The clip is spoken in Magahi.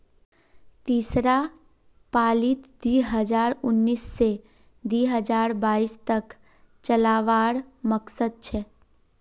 तीसरा पालीत दी हजार उन्नीस से दी हजार बाईस तक चलावार मकसद छे